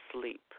sleep